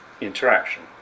interaction